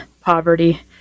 poverty